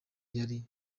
yari